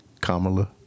Kamala